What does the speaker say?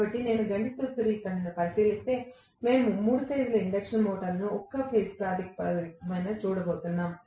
కాబట్టి నేను గణిత సూత్రీకరణను పరిశీలిస్తే మేము 3 ఫేజ్ల ఇండక్షన్ మోటారును ఒక్కోఫేజ్ ప్రాతిపదికన చూడబోతున్నాం